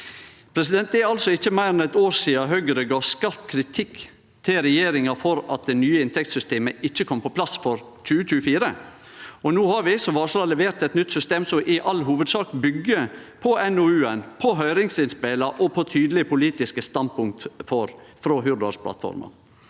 Det er altså ikkje meir enn eit år sidan Høgre gav skarp kritikk til regjeringa for at det nye inntektssystemet ikkje kom på plass før 2024. No har vi, som varsla, levert eit nytt system, som i all hovudsak byggjer på NOU-en, høyringsinnspela og tydelege politiske standpunkt frå Hurdalsplattforma,